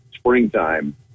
springtime